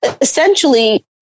essentially